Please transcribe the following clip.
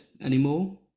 anymore